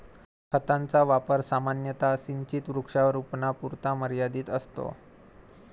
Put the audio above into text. खताचा वापर सामान्यतः सिंचित वृक्षारोपणापुरता मर्यादित असतो